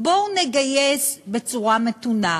בואו נגייס בצורה מתונה,